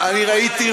אני ראיתי,